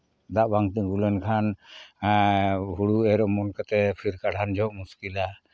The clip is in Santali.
ᱫᱟᱜ ᱵᱟᱝ ᱛᱤᱸᱜᱩ ᱞᱮᱱᱠᱷᱟᱱ ᱦᱩᱲᱩ ᱮᱨ ᱚᱢᱚᱱ ᱠᱟᱛᱮᱫ ᱯᱷᱤᱨ ᱠᱟᱬᱦᱟᱱ ᱡᱚᱦᱚᱜ ᱢᱩᱥᱠᱤᱞᱟ